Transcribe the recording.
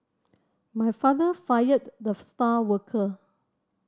my father fired the star worker